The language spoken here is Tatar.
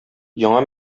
яңа